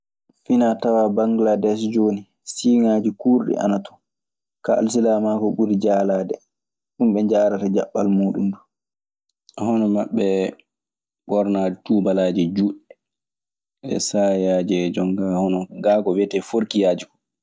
Finaa tawaa bagladees jooni, siiŋaaji kuuraɗi ana ton, kaa alsilaamaaku ɓuri jaalaade. Ɗun ɓe njaharata jaɓɓal muuɗun du. Hono maɓɓe ɓoornaade tuubaaji juutɗe e saayaaje jon kaa hono gaa ko wiyetee forkiyaaji koo.